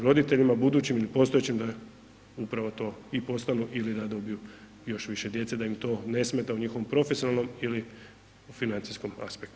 Roditeljima budućim i postojećim da upravo to i postanu ili da dobiju još više djece da im to ne smeta u njihovom profesionalnom ili financijskom aspektu.